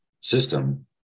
system